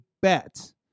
bet